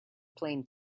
plain